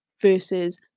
versus